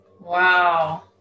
Wow